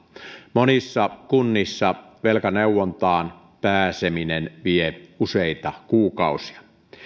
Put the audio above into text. monissa kunnissa velkaneuvontaan pääseminen vie useita kuukausia